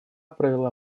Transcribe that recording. провела